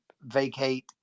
vacate